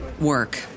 work